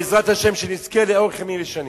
בעזרת השם שנזכה לאורך ימים ושנים.